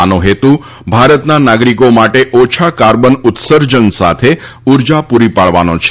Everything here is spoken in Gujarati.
આનો હેતુ ભારતના નાગરિકો માટે ઓછા કાર્બન ઉત્સર્જન સાથે ઊર્જા પૂરી પાડવાનો છે